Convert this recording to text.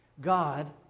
God